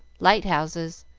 lighthouses,